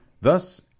Thus